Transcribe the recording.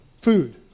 food